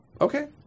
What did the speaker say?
Okay